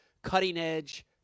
Cutting-edge